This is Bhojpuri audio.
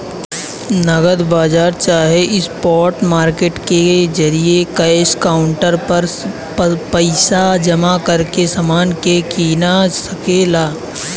नगद बाजार चाहे स्पॉट मार्केट के जरिये कैश काउंटर पर पइसा जमा करके समान के कीना सके ला